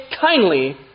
kindly